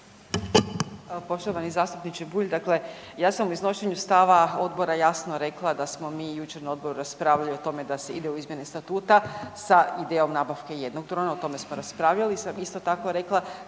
Poštovani zastupniče Bulj, dakle ja sam u iznošenju stava odbora jasno rekla da smo mi jučer na odboru raspravljali o tome da se ide u izmjene statuta sa idejom nabavke jednog drona, o tome smo raspravljali, sam isto tako rekla